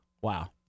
wow